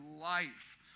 life